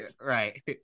Right